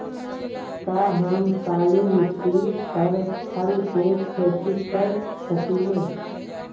का हम काली मिट्टी पर फल के खेती कर सकिले?